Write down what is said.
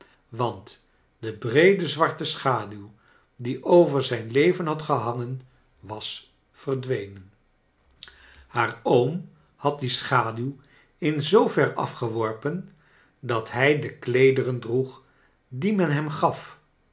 want de breede zwarte schaduw die over zljn leven had gehangen was verdwenen haar oom had die schaduw in zoo ver afgeworpen dat hij de kleederen droeg die men hem gaf